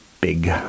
big